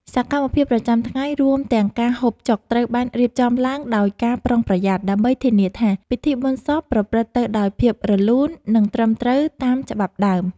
សកម្មភាពប្រចាំថ្ងៃរួមទាំងការហូបចុកត្រូវបានរៀបចំឡើងដោយការប្រុងប្រយ័ត្ន ដើម្បីធានាថាពិធីបុណ្យសពប្រព្រឹត្តទៅដោយភាពរលូន និងត្រឹមត្រូវតាមច្បាប់ដើម។